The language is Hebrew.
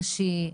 נשי,